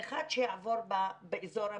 אחד שיעבור באזור המשולש,